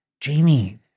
Jamie